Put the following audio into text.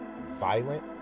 violent